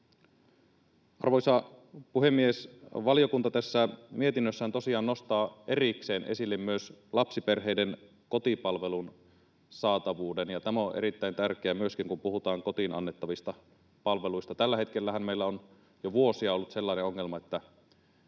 Arvoisa puhemies! Valiokunta tässä mietinnössään tosiaan nostaa erikseen esille myös lapsiperheiden kotipalvelun saatavuuden, ja myöskin tämä on erittäin tärkeää, kun puhutaan kotiin annettavista palveluista. Tällä hetkellähän meillä on jo vuosia ollut sellainen ongelma,